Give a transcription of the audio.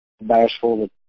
bashful